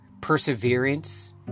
perseverance